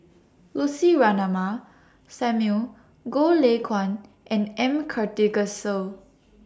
Lucy Ratnammah Samuel Goh Lay Kuan and M Karthigesu